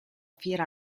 fiera